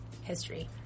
history